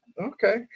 Okay